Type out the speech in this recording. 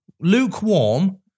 Lukewarm